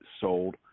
sold